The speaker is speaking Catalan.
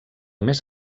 més